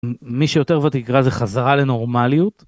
מי שיותר ותקרה זה חזרה לנורמליות.